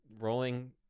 rolling